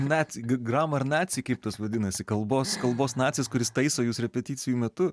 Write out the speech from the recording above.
net gramar naci kaip tas vadinasi kalbos kalbos nacis kuris taiso jus repeticijų metu